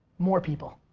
more people,